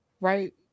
right